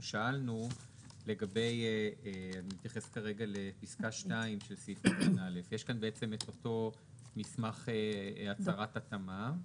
שאלנו לגבי פסקה 2 של סעיף ד(א) יש כאן את אותו מסמך הצהרת התאמה,